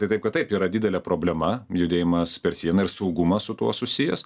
tai taip kad taip yra didelė problema judėjimas per sieną ir saugumas su tuo susijęs